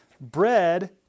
bread